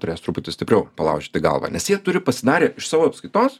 turės truputį stipriau palaužyti galvą nes jie turi pasidarę iš savo apskaitos